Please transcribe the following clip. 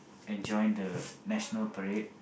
and join the national parade